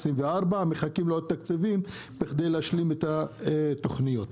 אנחנו מחכים לעוד תקציבים כדי להשלים את התוכניות.